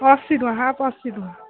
ଅଶୀ ଟଙ୍କା ହାଫ୍ ଅଶୀ ଟଙ୍କା